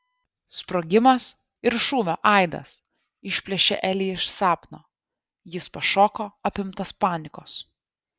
sprogimas ir šūvio aidas išplėšė elį iš sapno jis pašoko apimtas panikos